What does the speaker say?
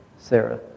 Sarah